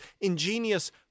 ingenious